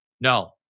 no